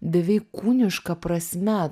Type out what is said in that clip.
beveik kūniška prasme